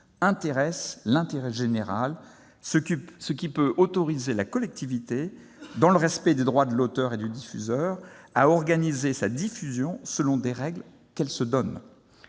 intéresse l'intérêt général ce qui peut autoriser la collectivité, dans le respect des droits de l'auteur et du diffuseur, à organiser sa diffusion selon des règles qu'elle se donne.